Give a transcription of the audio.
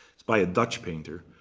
it's by a dutch painter.